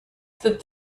that